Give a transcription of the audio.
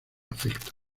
afecto